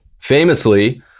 famously